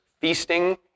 feasting